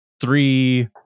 three